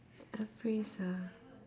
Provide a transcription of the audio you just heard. a phrase ah